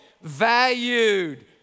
valued